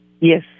Yes